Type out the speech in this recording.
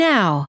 Now